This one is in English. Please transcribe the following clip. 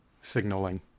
signaling